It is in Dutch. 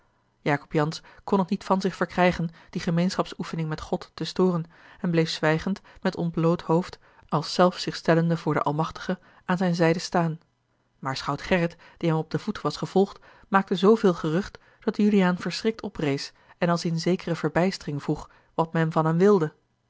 jacob jansz kon het niet van zich verkrijgen die gemeenschapsoefening met god te storen en bleef zwijgend met ontbloot hoofd als zelf zich stellende voor den almachtige aan zijne zijde staan maar schout gerrit die hem op den voet was gevolgd maakte zooveel gerucht dat juliaan verschrikt oprees en als in zekere verbijstering vroeg wat men van hem wilde